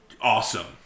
Awesome